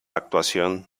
actuación